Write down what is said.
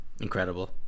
incredible